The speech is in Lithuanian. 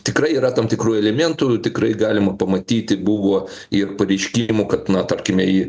tikrai yra tam tikrų elementų tikrai galima pamatyti buvo ir pareiškimų kad na tarkime į